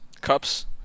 cups